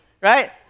right